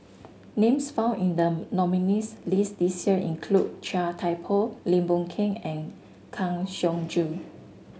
names found in the nominees' list this year include Chia Thye Poh Lim Boon Keng and Kang Siong Joo